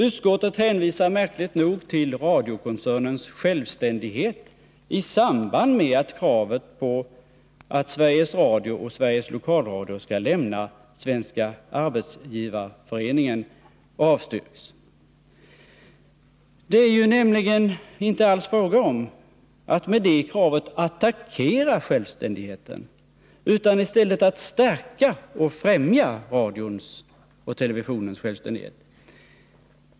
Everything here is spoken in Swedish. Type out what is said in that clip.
Utskottet hänvisar märkligt nog till radiokoncernens självständighet, när det avstyrker kravet på att Sveriges Radio och Sveriges Lokalradio skall lämna Svenska arbetsgivareföreningen. Det är nämligen inte alls fråga om att med det kravet attackera radions och televisionens självständighet utan i stället att stärka och främja självständigheten.